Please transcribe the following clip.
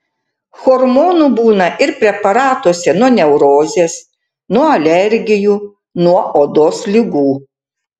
hormonų būna ir preparatuose nuo neurozės nuo alergijų nuo odos ligų